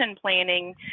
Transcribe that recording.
planning